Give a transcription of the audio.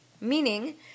meaning